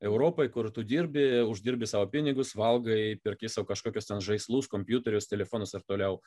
europoj kur tu dirbi uždirbi savo pinigus valgai perki sau kažkokius ten žaislus kompiuterius telefonus ir toliau